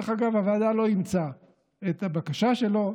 דרך אגב, הוועדה לא אימצה את הבקשה שלו.